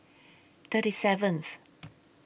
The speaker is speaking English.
thirty seventh